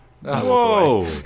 Whoa